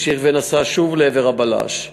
המשיך ונסע שוב לעבר הבלש.